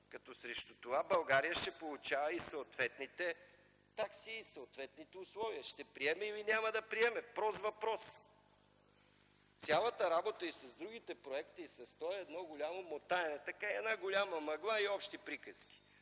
като срещу това България ще получава и съответните такси и съответните условия? Ще приеме или няма да приеме? Прост въпрос! Цялата работа и с другите проекти, и с този е едно голямо мотаене, една голяма мъгла и общи приказки.